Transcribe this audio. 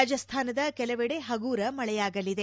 ರಾಜಸ್ತಾನದ ಕೆಲವೆಡೆ ಹಗುರ ಮಳೆಯಾಗಲಿದೆ